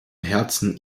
herzen